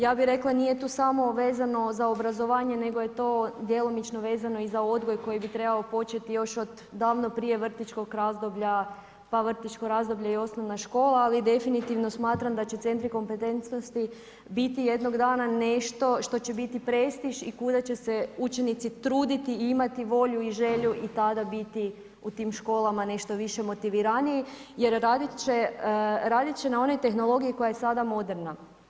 Ja bih rekla, nije to samo vezano za obrazovanje, nego je to djelomično vezano i za odgoj koji bi trebao početi još od davno prije vrtićkog razdoblja, pa vrtićko razdoblje i osnovna škola, ali definitivno smatram da će centri kompetentnosti biti jednog dana nešto što će biti prestiž i kuda će se učenici truditi i imati volju i želju i tada biti u tim školama nešto više motiviraniji jer radit će na onoj tehnologiji koja je sada moderna.